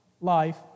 life